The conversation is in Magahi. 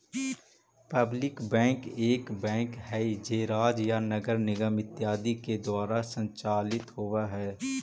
पब्लिक बैंक एक बैंक हइ जे राज्य या नगर निगम इत्यादि के द्वारा संचालित होवऽ हइ